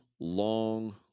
long